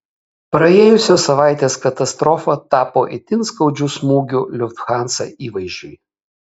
praėjusios savaitės katastrofa tapo itin skaudžiu smūgiu lufthansa įvaizdžiui